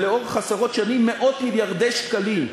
ולאורך עשרות שנים מאות-מיליארדי שקלים,